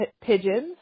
pigeons